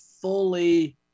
fully